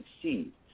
succeed